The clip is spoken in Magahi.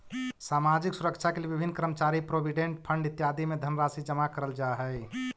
सामाजिक सुरक्षा के लिए विभिन्न कर्मचारी प्रोविडेंट फंड इत्यादि में धनराशि जमा करल जा हई